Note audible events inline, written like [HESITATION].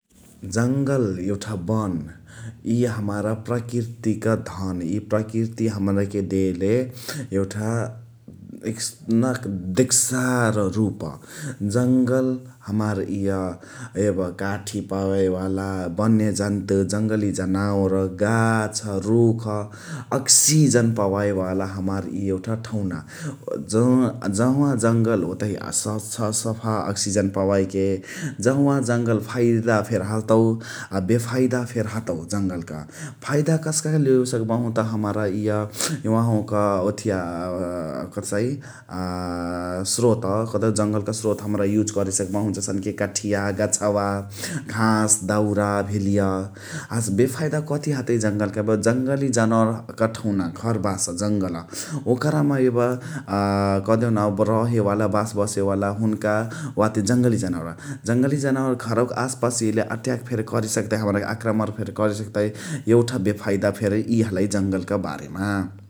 जङ्‌‌गल एउठा वन इय हमार प्रकृतिक धन, इय प्रकृति हमराके देले यउठा यसनक देक्सार रूप। जङ्‌‌गल हमार इय यब काठी पावेवाला, वन्यजन्तु, जङ्‌गली जनावर, गाछ रुख, अक्सिजन पवावे वाला हमार इय एउठा ठेउना। जहवा जङ्‌गल ओतही स्वच्छ, सफा अक्सिजन पवाइके। जहवा जङ्‌गल फाइदा फेरि हतउ आ बेफाइदा फेरि हतउ जङ्‌गलक । फाइदा कस्का कके लेवे सकबहु त हमार इय ओहवाक ओथिया [HESITATION] कथ कहसइ [HESITATION] स्रोत कदहु जङ्‌गलका स्रोत हमरा यूज करे, सकबहु । जसने कि काठिया, गाछवा, घाँस, दाउरा भेलिया हसे बेफाइदा कथि हतइ जङ्‌गलक जङ्‌गली जनावरक ठउना, घरबास जङ्‌गल, ओकरामा यब [HESITATION] कदेहुन रहेवाला बास बसे वाला हुनका वाते जङ्‌गली जनावर । जङ्‌गली जनावर घरवाक आसपास यइले अटेक करेसकतई आक्रमण फेरि करे सकतश यउठा बेफाइदा फेरि इय हलइ जङ्‌गलक बारेमा ।